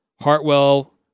Hartwell